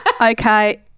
Okay